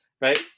right